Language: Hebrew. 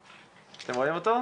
אתם רואים אותו?